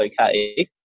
okay